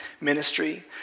ministry